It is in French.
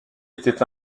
était